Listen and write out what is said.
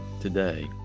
today